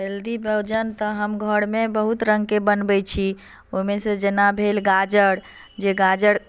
healthy भोजन तऽ हम घर मे बहुत रंग के बनबै छी ओहिमे से जेना भेल गाजर जे गाजर